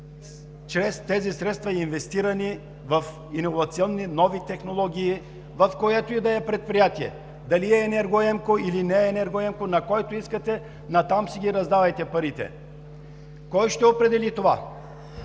чрез тези средства ще бъдат инвестирани в иновационни нови технологии в което и да е предприятие – дали е енергоемко, или не е енергоемко, на който искате, на него раздавайте парите. Кой ще определи това?